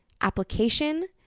Application